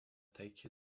take